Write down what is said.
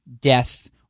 death